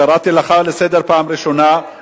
קראתי אותך לסדר לפעם ראשונה,